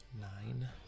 nine